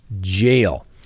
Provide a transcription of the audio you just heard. jail